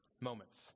moments